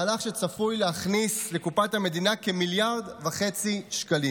מהלך שצפוי להכניס לקופת המדינה כ-1.5 מיליארד שקלים.